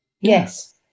Yes